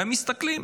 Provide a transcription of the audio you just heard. והם מסתכלים.